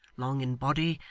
long in body,